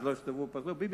אז שלא יכתבו: ביבי,